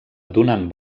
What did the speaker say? donant